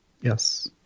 Yes